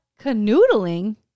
Canoodling